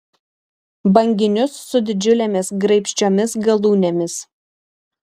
banginius su didžiulėmis graibščiomis galūnėmis